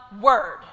word